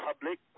public